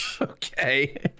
Okay